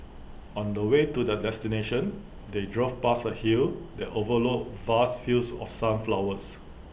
on the way to their destination they drove past A hill that overlooked vast fields of sunflowers